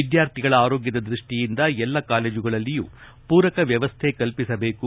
ವಿದ್ಯಾರ್ಥಿಗಳ ಆರೋಗ್ಯದ ದೃಷ್ಠಿಯಿಂದ ಎಲ್ಲ ಕಾಲೇಜುಗಳಲ್ಲಿಯೂ ಪೂರಕ ವ್ಯವಸ್ಥೆ ಕಲ್ವಿಸಬೇಕು